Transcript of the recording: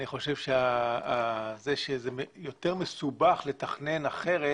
אני חושב שזה שזה יותר מסובך לתכנן אחרת,